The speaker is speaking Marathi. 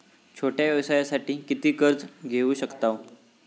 छोट्या व्यवसायासाठी किती कर्ज घेऊ शकतव?